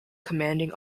commanding